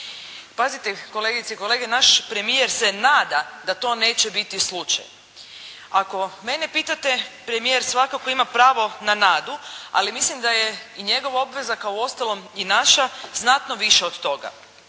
Pazite kolegice i kolege, naš premijer se nada da to neće biti slučaj. Ako mene pitate, premijer svakako ima pravo na nadu, ali mislim da je i njegova obveza kao uostalom i naša, znatno viša od toga.